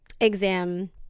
exam